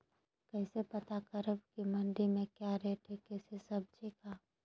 कैसे पता करब की मंडी में क्या रेट है किसी सब्जी का?